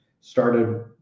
started